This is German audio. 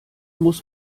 muss